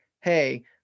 hey